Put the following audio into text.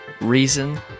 Reason